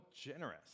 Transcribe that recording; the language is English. generous